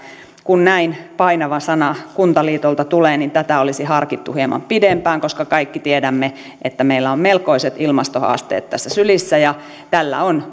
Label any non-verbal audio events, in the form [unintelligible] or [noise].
kun näin painava sana kuntaliitolta tulee niin tätä olisi harkittu hieman pidempään koska kaikki tiedämme että meillä on melkoiset ilmastohaasteet sylissä ja tällä on [unintelligible]